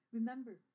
Remember